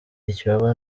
ikibaba